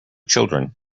children